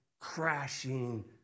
crashing